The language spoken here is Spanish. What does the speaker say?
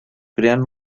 crean